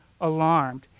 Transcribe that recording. alarmed